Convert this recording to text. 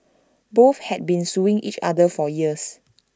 both had been suing each other for years